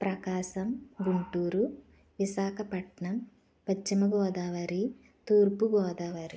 Prakasam Guntur Visakhapatnam Paschima Godavari Thurpu Godavari